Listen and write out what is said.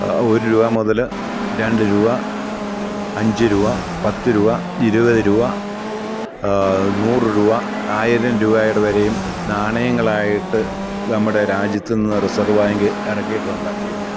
ഒരു രൂപ മുതല് രണ്ട് രൂപ അഞ്ച് രൂപ പത്ത് രൂപ ഇരുപത് രൂപ നൂറ് രൂപ ആയിരം രൂപയുടെ വരെയും നാണയങ്ങളായിട്ട് നമ്മുടെ രാജ്യത്തിന്ന് റിസർവ് ബാങ്ക് ഇറക്കിയിട്ടുണ്ട്